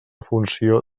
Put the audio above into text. funció